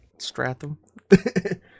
Stratham